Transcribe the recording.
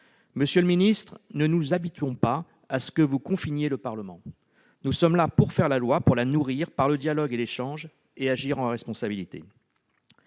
seuls. Nous ne nous habituons pas à ce que vous confiniez le Parlement ; nous sommes là pour faire la loi, pour la nourrir, par le dialogue et l'échange, et pour agir en responsabilité.